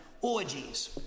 orgies